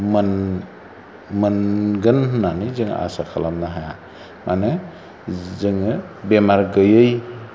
मोनगोन होननानै जों आसा खालामनो हाया मानो जोङो बेमार गैयै